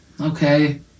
okay